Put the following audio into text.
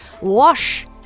wash